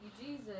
Jesus